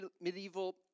medieval